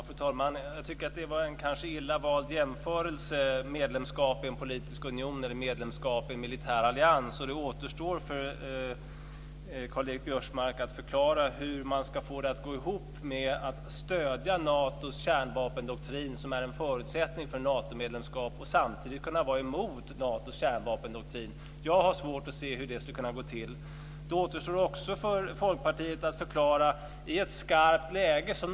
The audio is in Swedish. Fru talman! Jag tycker kanske att det var en illa vald jämförelse, medlemskap i en politisk union och medlemskap i en militär allians. Det återstår för Karl Göran Biörsmark att förklara hur man ska få det att gå ihop att stödja Natos kärnvapendoktrin, vilket är en förutsättning för Natomedlemskap, och samtidigt vara emot Natos kärnvapendoktrin. Jag har svårt att se hur det skulle kunna gå till. Det återstår också för Folkpartiet att förklara en annan sak.